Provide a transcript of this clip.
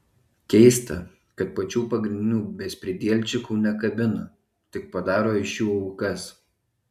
keista kad pačių pagrindinių bezpridielčikų nekabina tik padaro iš jų aukas